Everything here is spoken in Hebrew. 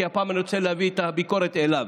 כי הפעם אני רוצה להביא את הביקורת אליו.